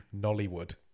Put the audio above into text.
Nollywood